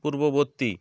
পূর্ববত্তী